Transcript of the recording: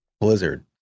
Blizzard